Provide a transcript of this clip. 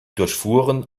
durchfuhren